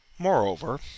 moreover